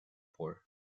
pore